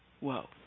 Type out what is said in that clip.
Whoa